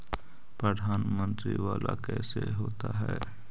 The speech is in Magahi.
प्रधानमंत्री मंत्री वाला कैसे होता?